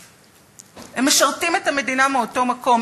הם משרתים את המדינה מאותו מקום.